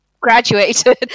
graduated